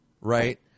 Right